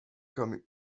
comme